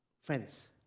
Friends